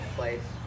place